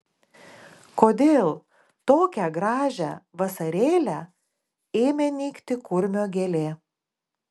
kodėl tokią gražią vasarėlę ėmė nykti kurmio gėlė